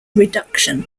reduction